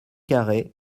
carrez